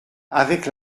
avec